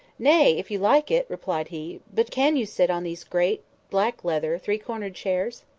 nay! if you like it, replied he but can you sit on these great, black leather, three-cornered chairs?